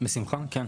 בשמחה, כן.